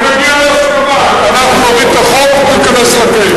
בואו נגיע להסכמה: אנחנו נוריד את החוק והוא ייכנס לכלא.